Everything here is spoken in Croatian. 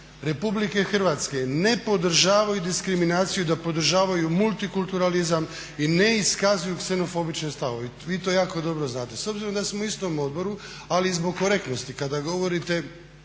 razini građani RH ne podržavaju diskriminaciju i da podržavaju multikulturalizam i ne iskazuju ksenofobične stavove. I vi to jako dobro znate. S obzirom da smo u istom odboru, ali i zbog korektnosti kada govorite